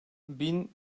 bin